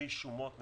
לפי שומות מסודרות,